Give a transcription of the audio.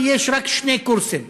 כי יש רק שני קורסים.